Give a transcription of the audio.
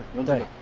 all day,